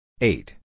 eight